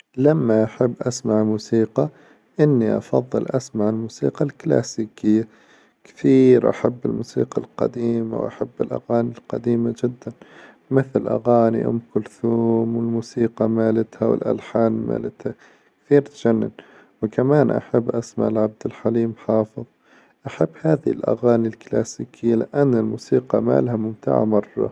لما أحب أسمع موسيقى إني أفظل أسمع الموسيقى الكلاسيكية، كثير أحب الموسيقى القديمة وأحب الأغاني القديمة جدا مثل أغاني أم كلثوم والموسيقى مالتها والألحان مالتها، كثير تجنن، وكمان أحب أسمع العبد الحليم حافظ أحب هذي الأغاني الكلاسيكية، لأن الموسيقى مالها ممتعة مرة.